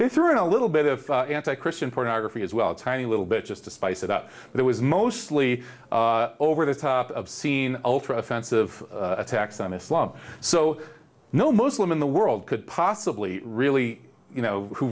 they threw in a little bit of anti christian pornography as well a tiny little bit just to spice it up that was mostly over the top of scene ultra offensive attacks on islam so no muslim in the world could possibly really you know who